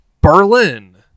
Berlin